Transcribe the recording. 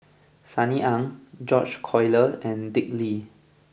Sunny Ang George Collyer and Dick Lee